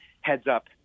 heads-up